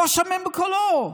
לא שומעים בקולו.